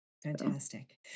Fantastic